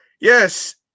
yes